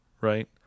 right